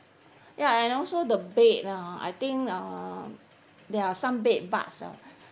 ya and also the bed ah I think uh there are some bed bugs ah